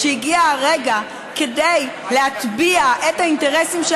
שהגיע הרגע כדי להטביע את האינטרסים של